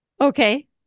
Okay